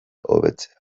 hobetzea